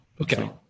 Okay